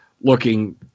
looking